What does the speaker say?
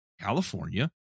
California